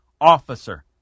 officer